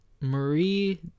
marie